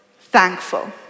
thankful